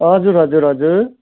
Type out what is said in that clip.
हजुर हजुर हजुर